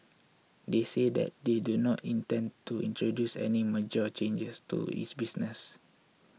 they said that they do not intend to introduce any major changes to its business